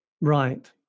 Right